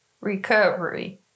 recovery